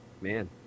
man